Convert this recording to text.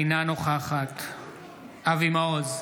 אינה נוכחת אבי מעוז,